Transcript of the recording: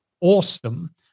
awesome